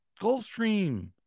Gulfstream